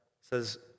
says